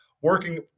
working